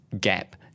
gap